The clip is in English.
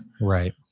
Right